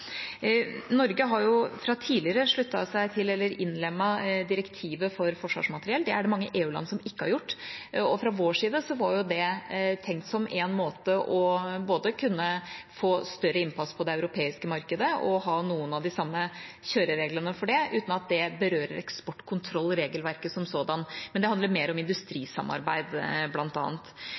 Norge har fra tidligere sluttet seg til, eller innlemmet, direktivet for forsvarsmateriell. Det er det mange EU-land som ikke har gjort. Fra vår side var det tenkt som en måte både å kunne få større innpass på det europeiske markedet og å ha noen av de samme kjørereglene for det, uten at det berører eksportkontrollregelverket som sådant – det handler mer om industrisamarbeid,